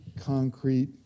concrete